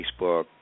Facebook